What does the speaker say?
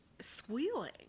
squealing